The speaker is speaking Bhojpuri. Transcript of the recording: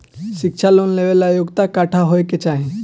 शिक्षा लोन लेवेला योग्यता कट्ठा होए के चाहीं?